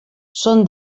són